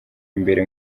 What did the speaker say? imbere